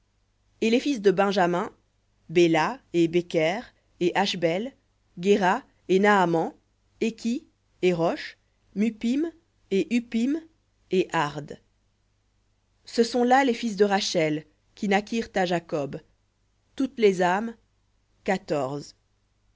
et les fils de benjamin béla et béker et ashbel guéra et naaman ékhi et rosh muppim et huppim et ard ce sont là les fils de rachel qui naquirent à jacob toutes les âmes quatorze